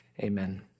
Amen